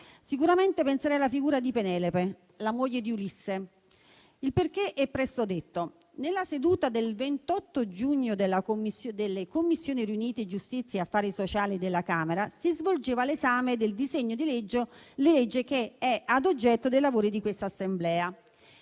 sicuramente penserei a quella di Penelope, la moglie di Ulisse. Il perché è presto detto: nella seduta del 28 giugno 2023 delle Commissioni riunite giustizia e affari sociali della Camera, durante l'esame del disegno di legge che oggi è oggetto dei lavori di quest'Assemblea,